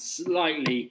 slightly